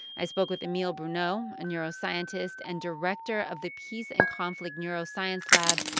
i spoke with emile bruneau, a neuroscientist and director of the peace and conflict neuroscience lab,